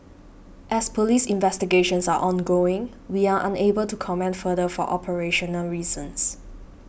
as Police investigations are ongoing we are unable to comment further for operational reasons